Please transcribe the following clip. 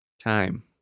time